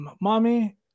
Mommy